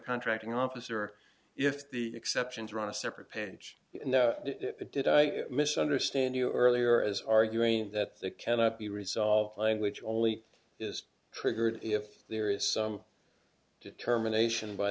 contracting officer if the exceptions are on a separate page it did i misunderstand you earlier as arguing that it cannot be resolved language only is triggered if there is some determination by